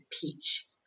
peach